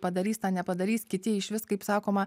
padarys tą nepadarys kiti išvis kaip sakoma